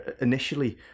initially